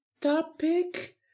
topic